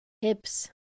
hips